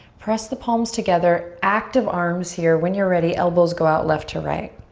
press the palms together. active arms here. when you're ready, elbows go out left to right.